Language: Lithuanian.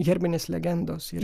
herbinės legendos ir